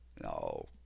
No